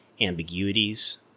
ambiguities